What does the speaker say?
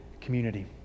community